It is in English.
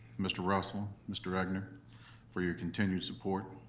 mr. russell, mr. egnor for your continued support.